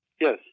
Yes